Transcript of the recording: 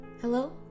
Hello